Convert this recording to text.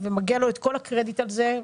ומגיע לו את כל הקרדיט על זה.